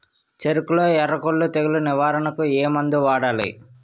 చెఱకులో ఎర్రకుళ్ళు తెగులు నివారణకు ఏ మందు వాడాలి?